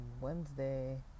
Wednesday